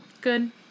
Good